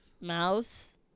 mouse